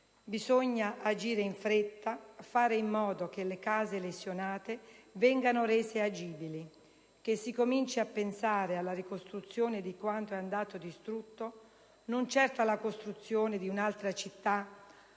Bisogna agire in fretta, fare in modo che le case lesionate vengano rese agibili, che si cominci a pensare alla ricostruzione di quanto è andato distrutto - non certo alla costruzione di un'altra città